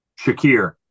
Shakir